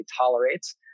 tolerates